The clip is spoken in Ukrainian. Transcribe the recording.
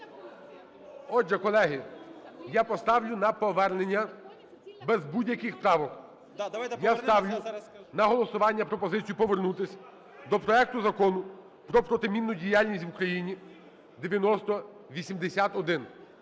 Отже, колеги, я поставлю на повернення без будь-яких правок. Я ставлю на голосування пропозицію повернутись до проекту Закону про протимінну діяльність в Україні 9080-1.